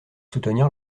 soutenir